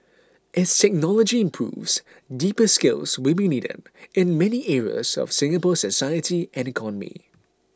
as technology improves deeper skills will be needed in many areas of Singapore's society and economy